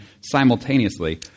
simultaneously